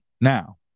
now